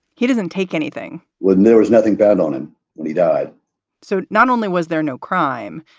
he doesn't take anything when there is nothing bad on him when he died so not only was there no crime,